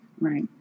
Right